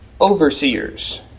overseers